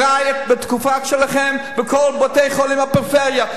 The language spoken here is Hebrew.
בתקופה שלכם בכל בתי-החולים בפריפריה.